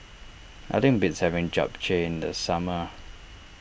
nothing beats having Japchae in the summer